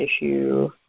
issue